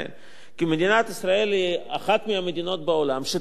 כי מדינת ישראל היא אחת המדינות בעולם שתובעות